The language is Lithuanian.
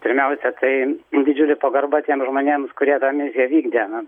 pirmiausia tai didžiulė pagarba tiems žmonėms kurie tą misiją vykdė